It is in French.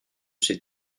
ces